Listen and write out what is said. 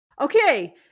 okay